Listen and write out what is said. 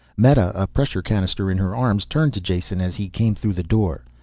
meta, a pressure canister in her arms, turned to jason as he came through the door.